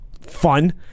fun